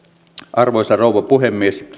arvoisa rouva puhemies